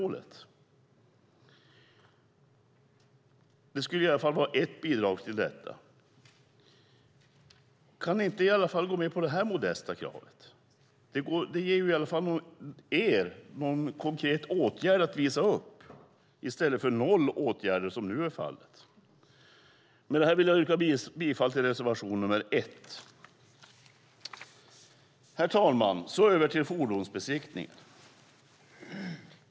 Kan ni inte i alla fall gå med på detta modesta krav? Det ger er i alla fall en konkret åtgärd att visa upp i stället för noll åtgärder som nu är fallet. Jag yrkar bifall till reservation nr 1. Herr talman! Så över till fordonsbesiktningen.